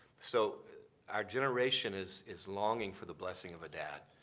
so our generation is is longing for the blessing of a dad.